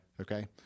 Okay